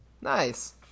Nice